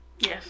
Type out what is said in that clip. Yes